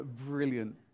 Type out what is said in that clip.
Brilliant